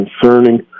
concerning